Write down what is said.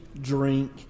drink